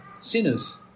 sinners